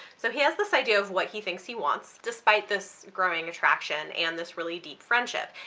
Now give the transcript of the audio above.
so he has this idea of what he thinks he wants, despite this growing attraction and this really deep friendship,